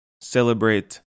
celebrate